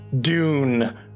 dune